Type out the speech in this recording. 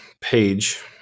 page